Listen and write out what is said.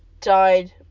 died